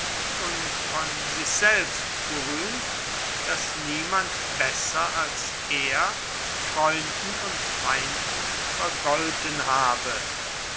und von sich selbst gerühmt daß niemand besser als er freunden und feinden vergolten habe